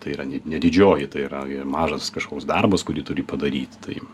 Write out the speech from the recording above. tai yra ne ne didžioji tai yra mažas kažkoks darbas kurį turi padaryti tai